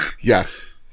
Yes